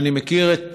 אני מכיר את